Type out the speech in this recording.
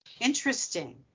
Interesting